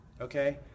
okay